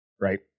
right